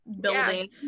building